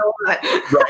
right